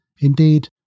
Indeed